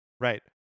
Right